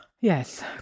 Yes